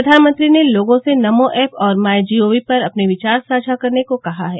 प्र्यानमंत्री ने लोगों से नमो ऐप और माइ जीओवी पर अपने विचार साझा करने को कहा है